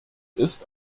ist